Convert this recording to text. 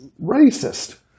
racist